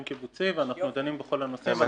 קיבוצי ואנחנו דנים בכל הנושאים האלה.